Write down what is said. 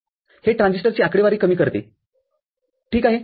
हे ट्रान्झिस्टरची आकडेवारी कमी करतेठीक आहे